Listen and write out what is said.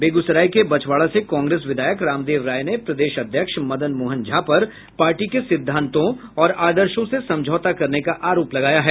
बेगूसराय के बछवाड़ा से कांग्रेस विधायक रामदेव राय ने प्रदेश अध्यक्ष मदन मोहन झा पर पार्टी के सिंद्वातों और आदर्शों से समझौता करने का आरोप लगाया है